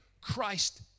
Christ